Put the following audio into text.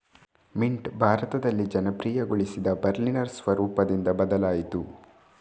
mint ಭಾರತದಲ್ಲಿ ಜನಪ್ರಿಯಗೊಳಿಸಿದ Berliner ಸ್ವರೂಪದಿಂದ ಬದಲಾಯಿತು